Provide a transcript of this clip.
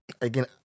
again